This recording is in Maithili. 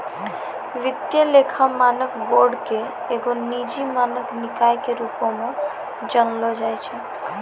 वित्तीय लेखा मानक बोर्ड के एगो निजी मानक निकाय के रुपो मे जानलो जाय छै